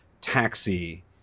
Taxi